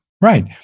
Right